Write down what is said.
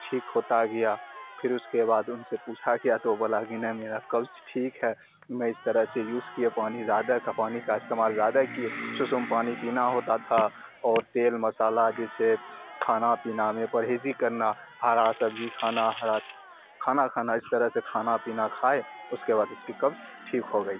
ٹھیک ہوتا گیا پھر اس کے بعد ان سے پوچھا کیا تو وہ بولا نہیں میرا قبض ٹھیک ہے میں اس طرح سے یوز کیا پانی زیادہ کا پانی کا استعمال زیادہ کیے سسم پانی پینا ہوتا تھا اور تیل مسالہ جیسے کھانا پینا میں پرہیزی کرنا ہرا سبزی کھانا ہرا کھانا کھانا اس طرح سے کھانا پینا کھائے اس کے بعد اس کی قبض ٹھیک ہو گئی